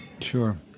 Sure